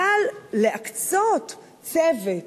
אבל להקצות צוות